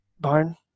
barn